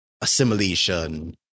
assimilation